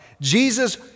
Jesus